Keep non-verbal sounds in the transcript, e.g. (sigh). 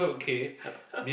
(laughs)